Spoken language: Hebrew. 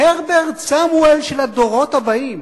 ההרברט סמואל של הדורות הבאים.